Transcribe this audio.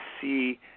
see